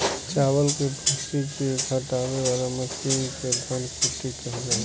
चावल के भूसी के हटावे वाला मशीन के धन कुटी कहल जाला